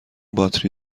باتری